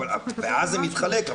ואז זה מתחלק,